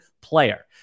player